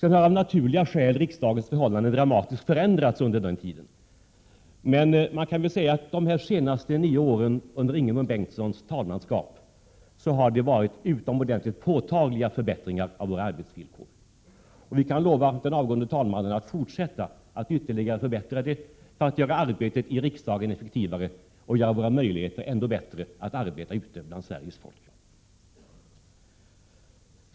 Sedan har av naturliga skäl riksdagens förhållanden dramatiskt förändrats, och man kan väl säga att det under de senaste nio åren under Ingemund Bengtssons talmanskap har skett utomordentligt påtagliga förbättringar av våra arbetsvillkor. Vi kan lova den avgående talmannen att fortsätta att ytterligare förbättra dem för att göra arbetet i riksdagen effektivare och göra våra möjligheter att arbeta ute bland Sveriges folk ännu bättre.